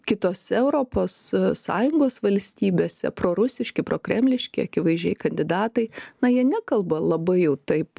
kitose europos sąjungos valstybėse prorusiški prokremliški akivaizdžiai kandidatai na jie nekalba labai jau taip